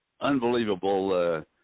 unbelievable